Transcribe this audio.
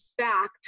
fact